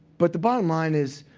but the bottom line is,